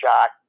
shot